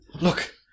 look